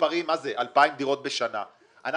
אני